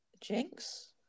Jinx